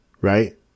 right